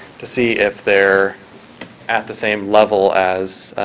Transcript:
to see if they're at the same level as